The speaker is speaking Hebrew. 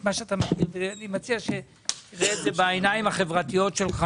אני מציע שתראה את זה בעיניים החברתיות שלך,